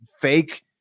fake